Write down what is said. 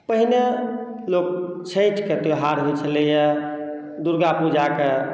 पहिने लोक छठिके त्यौहार होइत छलै हँ दुर्गा पूजाके